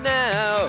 now